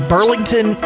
Burlington